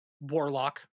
warlock